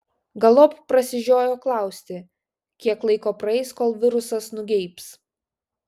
galop prasižiojo klausti kiek laiko praeis kol virusas nugeibs